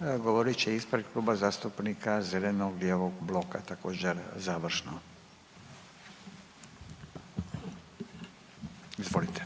govorit će ispred Kluba zastupnika zeleno-lijevog bloka također, završno. Izvolite.